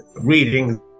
reading